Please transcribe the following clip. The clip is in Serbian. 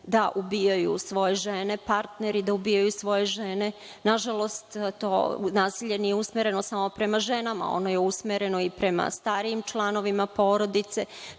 da ubijaju svoje žene, partneri da ubijaju svoje žene. Nažalost, to nasilje nije usmereno samo prema ženama, ono je usmereno i prema starijim članovima porodice,